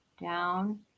down